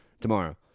Tomorrow